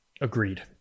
Agreed